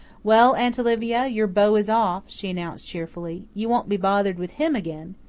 well, aunt olivia, your beau is off, she announced cheerfully. you won't be bothered with him again.